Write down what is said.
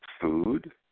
Food